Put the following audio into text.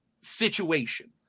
situation